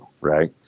Right